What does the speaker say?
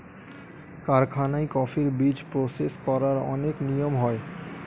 কারখানায় কফির বীজ প্রসেস করার অনেক নিয়ম হয়